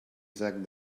exact